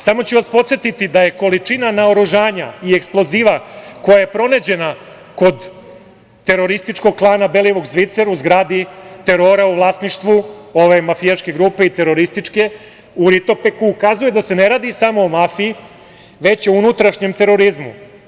Samo ću vas podsetiti da je količina naoružanja i eksploziva koja je pronađena kod terorističkog klana Belivuk-Zvicer u zgradi terora u vlasništvu ove mafijaške grupe i terorističke u Ritopeku ukazuje da se ne radi samo o mafiji, već o unutrašnjem terorizmu.